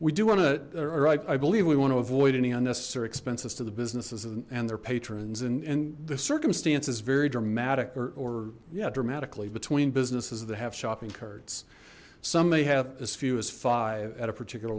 we do want to write i believe we want to avoid any unnecessary expenses to the businesses and their patrons and and the circumstance is very dramatic or yeah dramatically between businesses that have shopping carts some may have as few as five at a particular